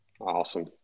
Awesome